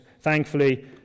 Thankfully